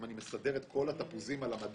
אם אני מסדר את כל התפוזים על המדף,